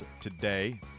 today